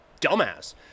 dumbass